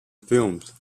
films